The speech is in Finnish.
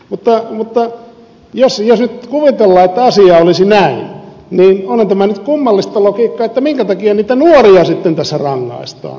mutta jos nyt kuvitellaan että asia olisi näin niin onhan nyt kummallista logiikkaa se minkä takia niitä nuoria sitten tässä rangaistaan